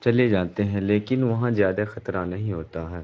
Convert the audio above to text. چلے جاتے ہیں لیکن وہاں زیادہ خطرہ نہیں ہوتا ہے